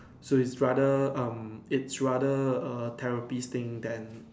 so it's rather um it's rather a therapy thing than